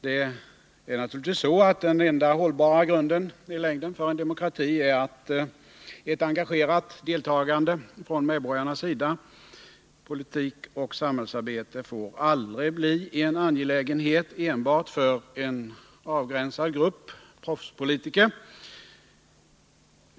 Det är naturligtvis så, att den enda hållbara grunden i längden för en demokrati är ett engagerat deltagande från medborgarnas sida. Politik och samhällsarbete får aldrig bli en angelägenhet enbart för en avgränsad grupp proffspolitiker.